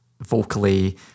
vocally